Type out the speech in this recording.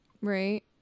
Right